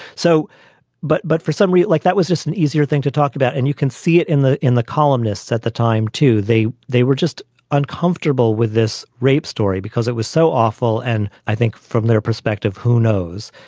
so but but for somebody like that was just an easier thing to talk about. and you can see it in the in the columnists at the time, too. they they were just uncomfortable with this rape story because it was so awful. and i think from their perspective, who knows?